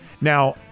now